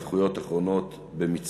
957 ו-962 בנושא: ההתפתחויות האחרונות במצרים.